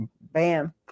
Bam